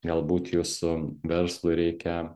galbūt jūsų verslui reikia